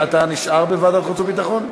אתה נשאר בוועדת החוץ והביטחון?